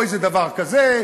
פה איזה דבר כזה,